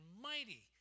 mighty